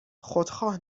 خودخواه